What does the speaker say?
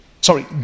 sorry